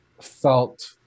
felt